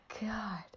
God